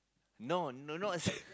no no not not a sec~